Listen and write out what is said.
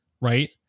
right